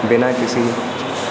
ਬਿਨਾਂ ਕਿਸੇ